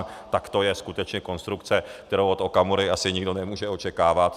Tak to je skutečně konstrukce, kterou od Okamury asi nikdo nemůže očekávat.